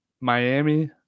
Miami